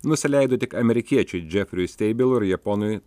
nusileido tik amerikiečiui džefriui steibului ir japonui